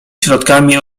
środkami